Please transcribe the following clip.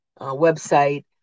website